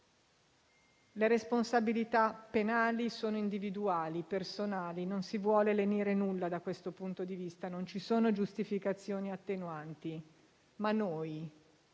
Le responsabilità penali sono individuali e personali. Non si vuole lenire nulla da questo punto di vista, non ci sono giustificazioni o attenuanti, ma noi